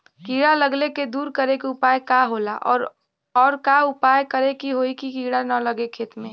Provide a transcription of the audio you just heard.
कीड़ा लगले के दूर करे के उपाय का होला और और का उपाय करें कि होयी की कीड़ा न लगे खेत मे?